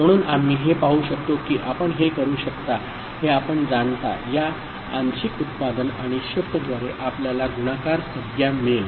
म्हणून आम्ही हे पाहू शकतो की आपण हे करू शकता हे आपण जाणता या आंशिक उत्पादन आणि शिफ्टद्वारे आपल्याला गुणाकार संज्ञा मिळेल